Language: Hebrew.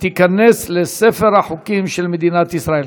ותיכנס לספר החוקים של מדינת ישראל.